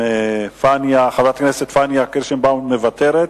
חברת הכנסת פניה קירשנבאום, מוותרת,